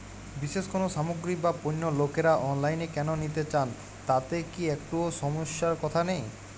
বিশেষ কোনো সামগ্রী বা পণ্য লোকেরা অনলাইনে কেন নিতে চান তাতে কি একটুও সমস্যার কথা নেই?